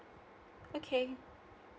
okay